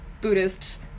Buddhist